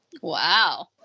Wow